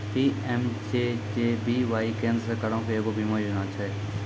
PMJJBY केन्द्र सरकारो के एगो बीमा योजना छै